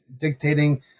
dictating